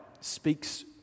speaks